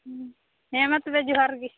ᱦᱮᱸ ᱢᱟ ᱛᱚᱵᱮ ᱡᱟᱦᱟᱨ ᱜᱮ